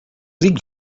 dic